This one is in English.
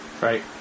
Right